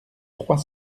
trois